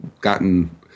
gotten